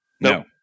No